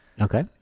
Okay